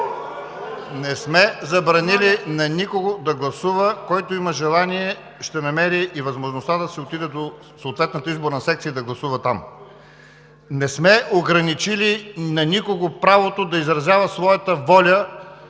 Не сме забранили на никого да гласува! Който има желание, ще намери и възможността да отиде до съответната изборна секция и да гласува там. Не сме ограничили на никого правото да изразява своята воля